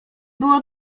było